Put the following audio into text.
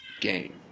game